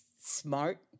smart